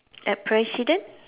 like president